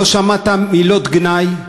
לא שמעת מילות גנאי,